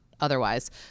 otherwise